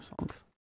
songs